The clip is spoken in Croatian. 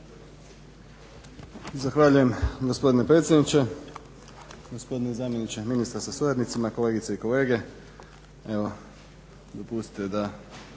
Zahvaljujem gospodine predsjedniče. Gospodine zamjeniče ministra sa suradnicima, kolegice i kolege. Evo dopustite da